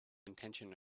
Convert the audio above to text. intention